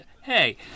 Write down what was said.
Hey